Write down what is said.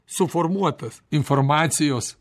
suformuotas informacijos